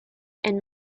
and